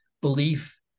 belief